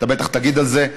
אתה בטח תגיד את זה,